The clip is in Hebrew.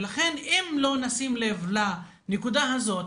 לכן אם לא נשים לב לנקודה הזאת